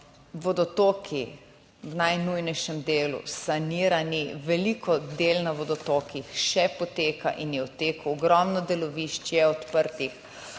Vodotoki v najnujnejšem delu sanirani, veliko del na vodotokih še poteka in je v teku, ogromno delovišč je odprtih